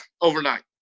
overnight